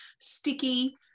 sticky